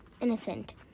innocent